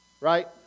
right